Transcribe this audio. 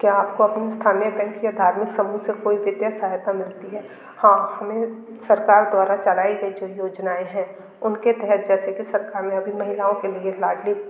क्या आपको अपनी स्थानीय बैंक या धार्मिक समूह से कोई वित्तीय सहायता मिलती है हाँ हमें सरकार द्वारा चलाई गई जो योजनाएँ हैं उनके तहत जैसे कि सरकार ने अभी महिलाओं के लिए लाडली